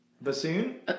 bassoon